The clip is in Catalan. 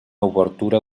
obertura